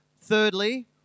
Thirdly